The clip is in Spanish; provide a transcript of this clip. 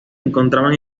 encontraban